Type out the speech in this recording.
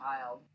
child